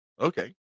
Okay